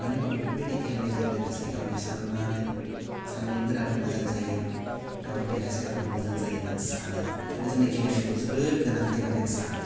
मानो होमबा बेफोर बायदि गेलेनायजों लोगोसे गावनि सान्नाय सान्नायफोराबो मोजां जायो गावनि देहा सोलेराव मोजां जायो होन्ना आं सानो बेखायनो जोंनि गेलेनायखौ जोबोद गोनांथि होन्नानै आं सानो